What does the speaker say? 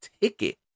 ticket